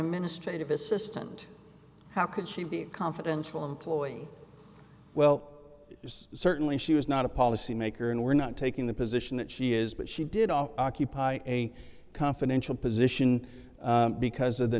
a ministry of assistant how could she be confidential employee well it's certainly she was not a policy maker and we're not taking the position that she is but she did on occupy a confidential position because of the